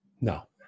No